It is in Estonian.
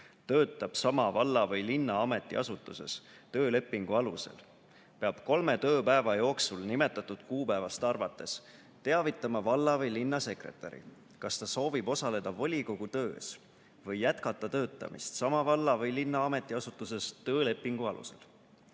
töötab sama valla või linna ametiasutuses töölepingu alusel, peab kolme tööpäeva jooksul nimetatud kuupäevast arvates teavitama valla- või linnasekretäri, kas ta soovib osaleda volikogu töös või jätkata töötamist sama valla või linna ametiasutuses töölepingu alusel.